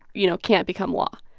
you know, can't become law.